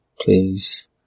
Please